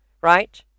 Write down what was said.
right